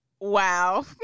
Wow